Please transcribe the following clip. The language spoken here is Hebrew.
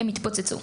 הם יתפוצצו.